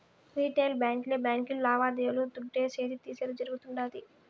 retail బాంకీలే బాంకీలు లావాదేవీలు దుడ్డిసేది, తీసేది జరగుతుండాది